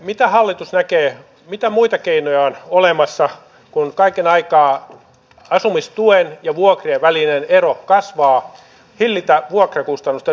mitä hallitus näkee mitä muita keinoja on olemassa kun kaiken aikaa asumistuen ja vuokrien välinen ero kasvaa vuokrakustannusten nousun hillitsemiseksi